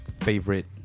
favorite